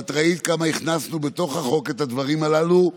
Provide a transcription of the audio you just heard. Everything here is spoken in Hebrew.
את ראית כמה הכנסנו בתוך החוק את הדברים הללו.